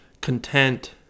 content